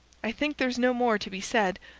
i think there's no more to be said,